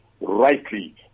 rightly